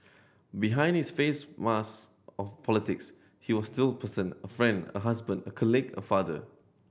behind his face mask of politics he was still a person a friend a husband a colleague a father